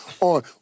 on